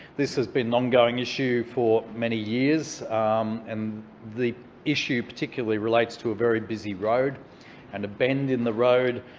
this has been an ongoing issue for many years and the issue particularly relates to a very busy road and a bend in the road.